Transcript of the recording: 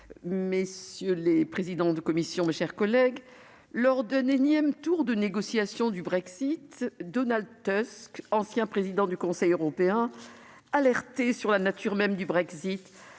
monsieur le secrétaire d'État, mes chers collègues, lors d'un énième tour de négociation, Donald Tusk, ancien président du Conseil européen, alertait sur la nature même du Brexit,